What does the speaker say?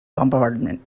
bombardment